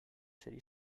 city